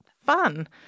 fun